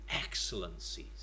excellencies